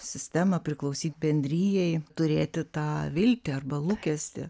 sistemą priklausyt bendrijai turėti tą viltį arba lūkestį